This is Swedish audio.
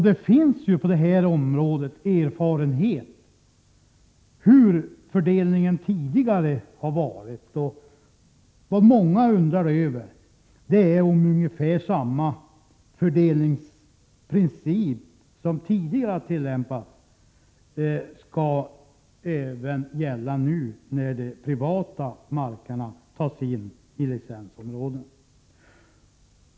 Det finns på detta område erfarenhet av sådan här fördelning, och vad många undrar över är om ungefär samma fördelningsprincip som den som tidigare har tillämpats skall gälla även nu, när de privata markerna tas med i licensområdena.